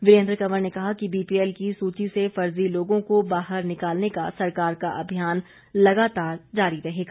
वीरेन्द्र कंवर ने कहा कि बीपीएल की सूची से फर्जी लोगों को बाहर निकालने का सरकार का अभियान लगातार जारी रहेगा